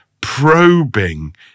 probing